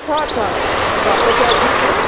छ छ घरको च्याउ पनि छ